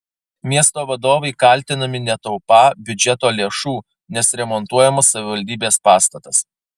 miesto vadovai kaltinami netaupą biudžeto lėšų nes remontuojamas savivaldybės pastatas